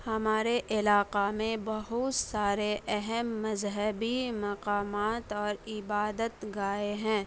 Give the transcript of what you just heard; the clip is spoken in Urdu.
ہمارے علاقہ میں بہت سارے اہم مذہبی مقامات اور عبادت گاہیں ہیں